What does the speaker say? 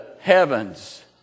heavens